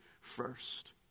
first